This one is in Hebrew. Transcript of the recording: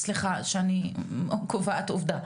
סליחה שאני קובעת עובדה.